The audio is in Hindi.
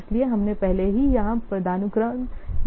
इसलिए हमने पहले ही यहां पदानुक्रम देखा है